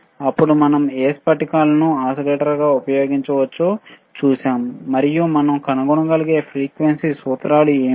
అప్పుడు మనం ఏ స్ఫటికాలను ఓసిలేటర్ గా ఎలా ఉపయోగించవచ్చో చూశాము మరియు మనం కనుగొనగలిగే ఫ్రీక్వెన్సీ సూత్రాలు ఏమిటి